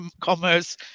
commerce